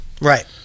Right